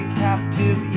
captive